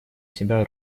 себя